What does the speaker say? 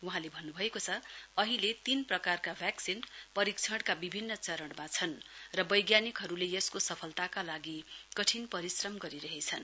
वहाँले भन्नुभएको छ अहिले तीनवटा प्रकारका वैक्सीन परीक्षणका विभिन्न चरणमा छन् र बैज्ञानिकहरूले यसको सफलताका लागि कठिन परिश्रम गरिरहेछन्